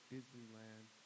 Disneyland